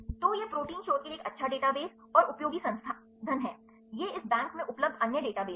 तो यह प्रोटीन शोध के लिए एक अच्छा डेटाबेस और उपयोगी संसाधन है ये इस बैंक में उपलब्ध अन्य डेटाबेस हैं